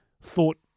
thought